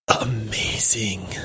Amazing